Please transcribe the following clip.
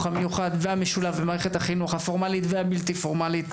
המיוחד והמשולב במערכת החינוך הפורמלית והבלתי פורמלית.